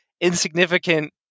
insignificant